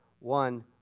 one